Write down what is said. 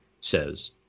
says